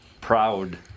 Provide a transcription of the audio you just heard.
proud